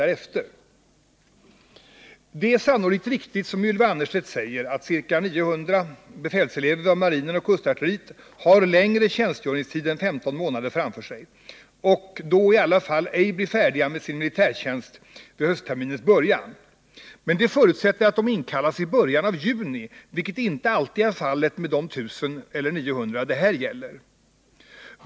Det är sannolikt riktigt, som Ylva Annerstedt säger, att ca 900 befälselever vid marinen och kustartilleriet har längre tjänstgöringstid än 15 månader framför sig och då i alla fall ej blir färdiga med sin militärtjänst vid höstterminens början. Men det förutsätter att de inkallas i början av juni, vilket inte alltid är fallet med de 900 befälselever som det här gäller.